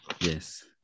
Yes